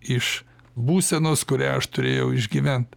iš būsenos kurią aš turėjau išgyvent